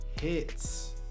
hits